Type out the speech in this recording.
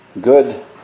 good